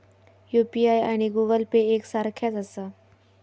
UPI आणि Google Pay एक सारख्याच आसा?